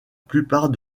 plupart